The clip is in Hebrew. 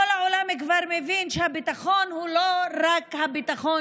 כל העולם כבר מבין שביטחון הוא לא רק הביטחון